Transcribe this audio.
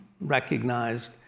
recognized